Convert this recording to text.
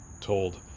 told